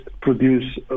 produce